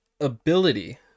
ability